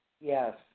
Yes